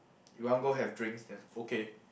you want go have drinks just okay